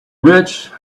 rich